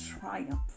triumph